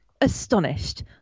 astonished